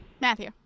Matthew